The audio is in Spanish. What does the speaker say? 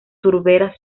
turberas